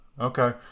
Okay